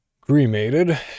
cremated